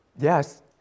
Yes